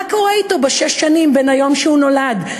ומה קורה אתו בשש השנים שבין היום שבו הוא נולד,